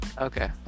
Okay